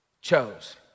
chose